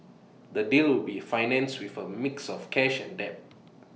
the deal will be financed with A mix of cash and debt